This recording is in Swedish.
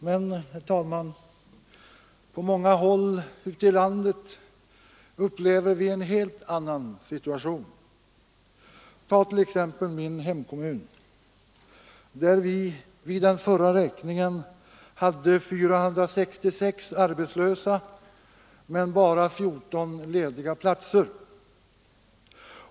Men, herr talman, på många håll ute i landet upplever vi en helt annan situation. I min hemkommun, Ljusdal, hade vi exempelvis vid förra räkningen 466 arbetslösa men bara 14 lediga platser.